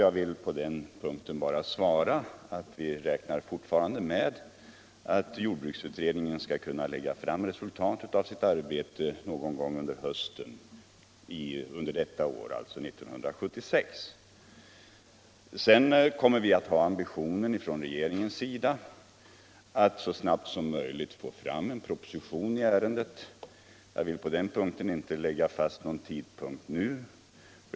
På den frågan vill jag svara att vi räknar fortfarande med att jordbruksutredningen skall kunna lägga fram resultaten av sitt arbete någon gång under kommande höst. I regeringen kommer vi sedan att ha ambitionen att så snabbt som möjligt lägga fram en proposition i ärendet. Där vill jag dock inte lägga fast någon tidpunkt nu.